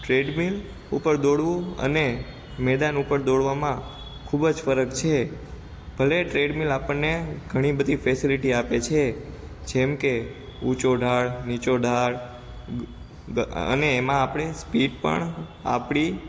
treadmill ઉપર દોડવું અને મેદાન ઉપર દોડવામાં ખૂબ જ ફરક છે ભલે ટ્રેડમેલ આપણ ને ઘણી બધી ફેસેલીટી આપે છે જેમકે ઉંચો ડાળ નીચો ડાળ અને એમા આપણે સ્પીડ પણ આપણી